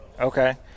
Okay